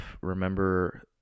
Remember